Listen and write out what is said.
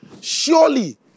Surely